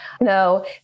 No